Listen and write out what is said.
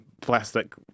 plastic